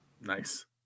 Nice